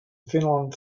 finland